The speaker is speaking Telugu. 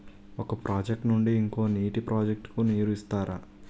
ఒక ప్రాజెక్ట్ నుండి ఇంకో నీటి ప్రాజెక్ట్ కు నీరు ఇస్తారు